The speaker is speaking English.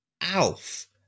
ALF